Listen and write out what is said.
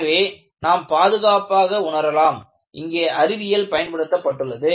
எனவே நாம் பாதுகாப்பாக உணரலாம் இங்கே அறிவியல் பயன்படுத்தப்பட்டுள்ளது